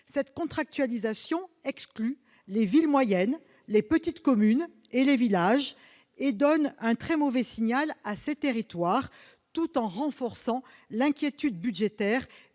Cette contractualisation exclut les villes moyennes, les petites communes et les villages. Elle envoie un très mauvais signal à ces territoires tout en renforçant l'inquiétude budgétaire